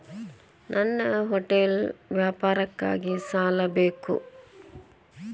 ನನ್ನ ಹೋಟೆಲ್ ವ್ಯಾಪಾರಕ್ಕಾಗಿ ಸಾಲ ಬೇಕು